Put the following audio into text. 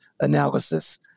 analysis